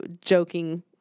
joking